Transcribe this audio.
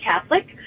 Catholic